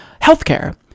healthcare